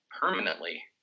permanently